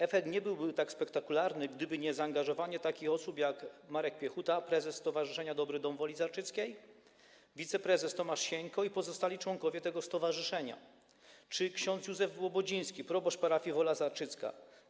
Efekt nie byłby tak spektakularny, gdyby nie zaangażowanie takich osób jak Marek Piechuta, prezes Stowarzyszenia „Dobry dom” w Woli Zarczyckiej, wiceprezes Tomasz Sieńko i pozostali członkowie tego stowarzyszenia czy ks. Józef Łobodziński, proboszcz parafii Wola Zarczycka.